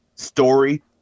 Story